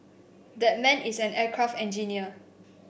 that man is an aircraft engineer